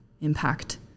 impact